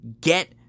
get